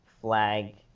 flag